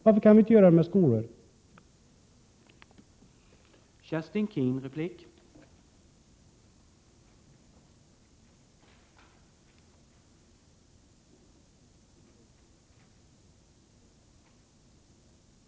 Varför kan vi inte göra det när det gäller skolor?